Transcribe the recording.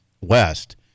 West –